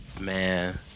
man